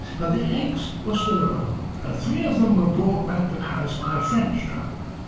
but the eggs were still around, and three of them were brought back to paris by a french traveller.